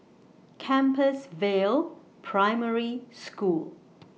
Compassvale Primary School